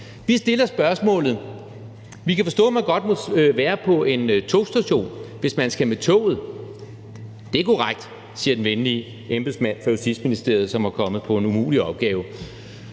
Vi stiller spørgsmålet: Vi kan forstå, at man godt må være på en togstation, hvis man skal med toget – er det korrekt? Det er korrekt, siger den venlige embedsmænd fra Justitsministeriet, som er kommet på en umulig opgave.